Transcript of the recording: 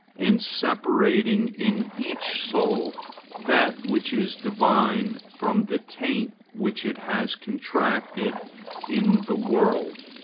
and separating in each soul that which is divine from the taint which it has contracted in the world,